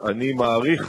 על-פי הנחייתי,